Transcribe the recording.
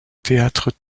théâtre